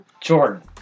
Jordan